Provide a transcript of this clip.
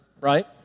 right